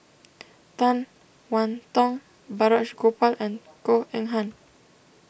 Tan one Tong Balraj Gopal and Goh Eng Han